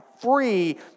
free